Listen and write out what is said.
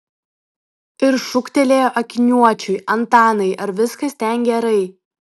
ir šūktelėjo akiniuočiui antanai ar viskas ten gerai